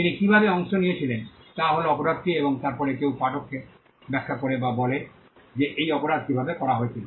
তিনি কীভাবে অংশ নিয়েছিলেন তা হল অপরাধটি এবং তারপরে কেউ পাঠককে ব্যাখ্যা করে বা বলে যে এই অপরাধ কীভাবে করা হয়েছিল